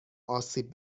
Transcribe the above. آسیب